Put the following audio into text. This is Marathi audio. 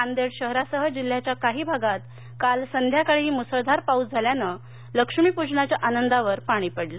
नांदेड शहरासह जिल्ह्याच्या काही भागात काल संध्याकाळीही मुसळधार पाऊस झाल्यानं लक्ष्मीपूजनाच्या आनंदावर पाणी पडलं